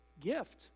gift